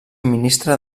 ministra